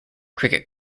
cricket